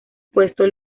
puesto